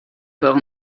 port